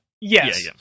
Yes